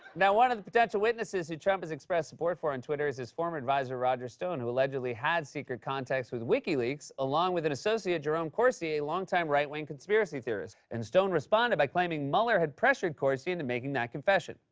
now, one of the potential witnesses who trump has expressed support for on twitter is his former adviser roger stone, who allegedly had secret contacts with wikileaks, along with an associate, jerome corsi, a longtime right-wing conspiracy theorist. and stone responded by claiming muller had pressured corsi into making that confession.